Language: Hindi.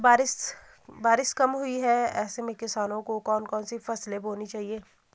बारिश कम हुई है ऐसे में किसानों को कौन कौन सी फसलें बोनी चाहिए?